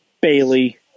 Bailey